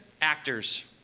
actors